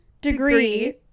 degree